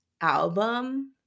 album